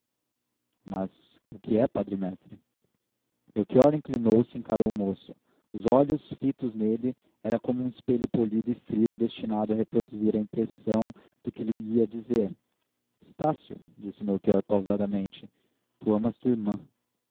delito mas que é padre mestre melchior inclinou-se e encarou o moço os olhos fitos nele eram como um espelho polido e frio destinado a reproduzir a imagem do que lhe ia dizer estácio disse melchior pausadamente tu amas tua irmã